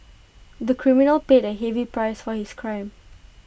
the criminal paid A heavy price for his crime